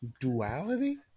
duality